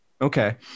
okay